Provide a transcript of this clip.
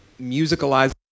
musicalized